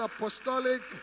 Apostolic